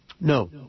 No